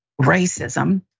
racism